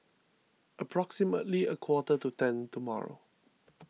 approximately a quarter to ten tomorrow